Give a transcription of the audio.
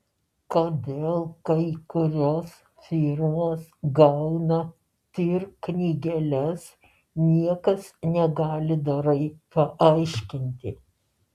kodėl kai kurios firmos gauna tir knygeles niekas negali dorai paaiškinti